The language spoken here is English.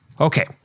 Okay